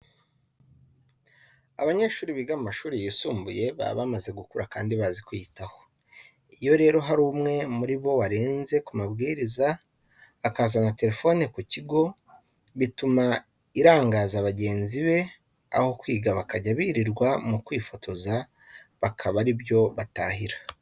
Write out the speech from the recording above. Abanyeshuri biga mu mashuri yisumbuye baba bamaze gukura kandi bazi kwiyitaho. Iyo rero hari umwe muri bo warenze ku mabyiriza akazana telefone mu kigo bituma irangaza bagenzi be aho kwiga bakajya birirwa mu kwifotoza bakaba ari byo batahira.